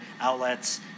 outlets